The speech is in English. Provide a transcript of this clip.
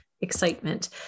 excitement